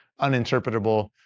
uninterpretable